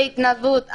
להתנדבות.